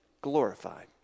glorified